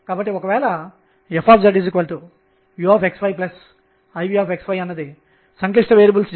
కాబట్టి ఒక ṙ ప్రమేయం ఉంది